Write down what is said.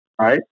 Right